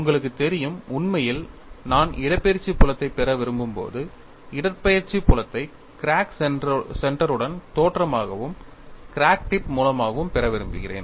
உங்களுக்குத் தெரியும் உண்மையில் நான் இடப்பெயர்ச்சி புலத்தைப் பெற விரும்பும்போது இடப்பெயர்ச்சி புலத்தை கிராக் சென்டருடன் தோற்றமாகவும் கிராக் டிப் மூலமாகவும் பெற விரும்புகிறேன்